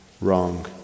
wrong